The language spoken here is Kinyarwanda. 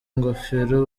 ngofero